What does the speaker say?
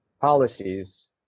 Policies